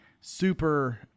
super –